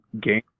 game